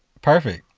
perfect.